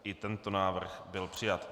I tento návrh byl přijat.